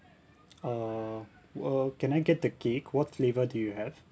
uh uh can I get the cake what flavour do you have